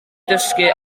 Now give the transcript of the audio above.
dysgu